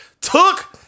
took